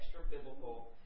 extra-biblical